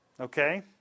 Okay